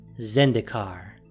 Zendikar